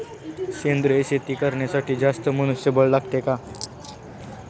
सेंद्रिय शेती करण्यासाठी जास्त मनुष्यबळ लागते का?